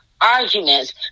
arguments